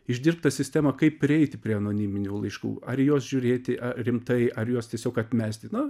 išdirbta sistema kaip prieiti prie anoniminių laiškų ar į juos žiūrėti rimtai ar juos tiesiog atmesti nu